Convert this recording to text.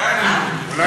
בחיי אני לא מבין.